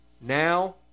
now